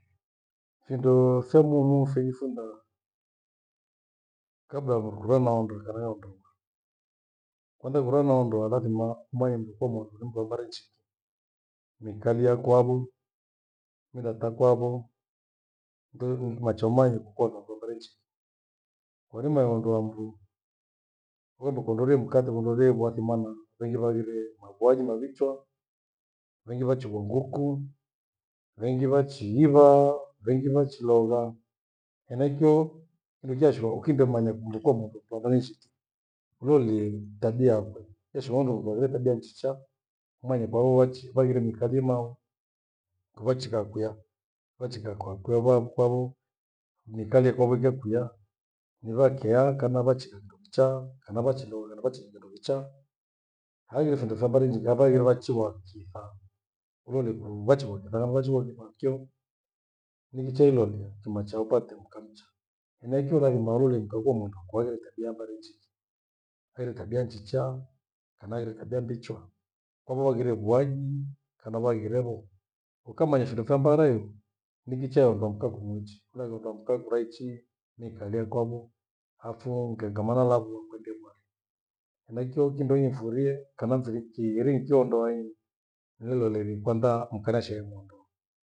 Findo vya muhimu fejifuntha kabla ya kurukura naondoeka nayo ndoa. Kwanza ikura naondoa lathima mwaende kwa mwandu ni mndu wambare njiki. Miikalie kwavo, mila takwavo, thoe nkumacha umanye kukowambako wa mbare njiki. Kwa irima iondoa mnndu wendu kuondorie mkathi kuondorie bwathimana, vengi vaghire mavuaji mavichwa, vengi vachiwa nguku, vengi vachiirwa, vengi vachilogha. Henaicho hendukyashighwa kukinde manya kumbukuo ya mukuvanishiti urolie tabia yakwe. Yashighwa ndu haghire tabia njiacha umanye kwao wachi, waghire mikalima oh! kuvachika kwiya wachikaa kwa wakwe avahu kwahu miikalie kwa wikie kuya nirakie aha kana vachika kindo kichaa. Kana vachilo, kana vachi kindo kichaa. Haghire findo vya mbari nji- kwavaairwe vachuwa kithaa, uende kuvachua kithanga wejuma kio, nikicha ilolia kimacha upate mka mcha. Henaicho lathima ulolea mkagua mwamba kwaghire tabia ya mbare njiki. Haire tabia njicha kana ahire tabia mbichwa. Kwavawaghire kuaji kana vaghirevo. Ukamaya findo vya mbare hiyo nikichaa hiyo ukamka kumuichi. Huraeka kura mkaa kuraichii nikhaghea kwako hafuo nikaeka mara lavuo kwandima henaicho kindo hii nifurie kana mfiriki iri kiondoeni nlolirie kwantha mka nashigha muondoa